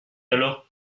alors